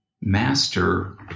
master